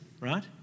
right